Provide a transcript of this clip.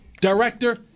director